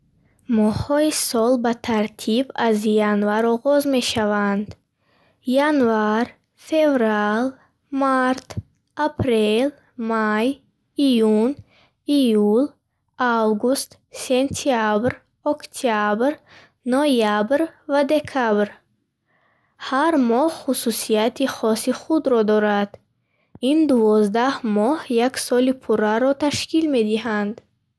Моҳҳои сол ба тартиб аз январ оғоз мешаванд: январ, феврал, март, апрел, май, июн, июл, август, сентябр, октябр, ноябр ва декабр. Ҳар моҳ хусусиятҳои хоси худро дорад. Ин дувоздаҳ моҳ як соли пурраро ташкил медиҳанд.